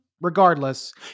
Regardless